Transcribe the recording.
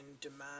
demand